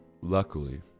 luckily